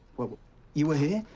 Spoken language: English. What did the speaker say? what you were here?